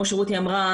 כמו שאמרה רותי,